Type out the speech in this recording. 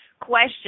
question